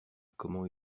comment